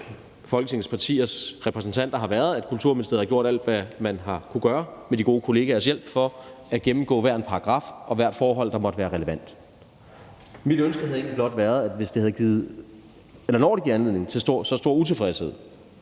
Folketingets partiers repræsentanter har været, at Kulturministeriet har gjort alt, hvad man har kunnet gøre med de gode kollegaers hjælp for at kunne gennemgå hver en paragraf og hvert et forhold, der måtte være relevant. Mit ønske havde egentlig blot været – når det giver anledning til så stor utilfredshed,